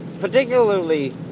particularly